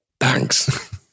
thanks